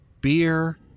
Beer